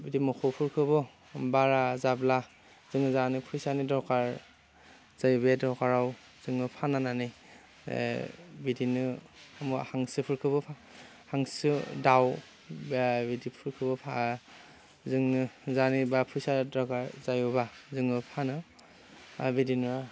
बिदि मोसौफोरखौबो बारा जाब्ला जोङो जायनो फैसानि दरखार जायो बे दरखाराव जोङो फान्नानै बिदिनो मुवा हांसोफोरखौबो हांसो दाउ बे बेदिफोरखौबो जोंनो जायनि बा फैसा दरखार जायोबा जोङो फानो आरो बिदिनो